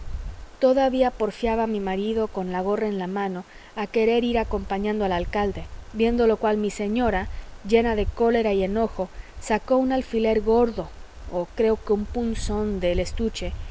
todavía porfiaba mi marido con la gorra en la mano a querer ir acompañando al alcalde viendo lo cual mi señora llena de cólera y enojo sacó un alfiler gordo o creo que un punzón del estuche